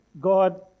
God